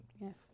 Yes